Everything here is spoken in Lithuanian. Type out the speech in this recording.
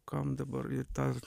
kam dabar ta